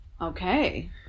Okay